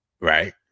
right